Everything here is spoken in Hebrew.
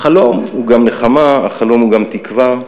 החלום הוא גם נחמה, החלום הוא גם תקווה.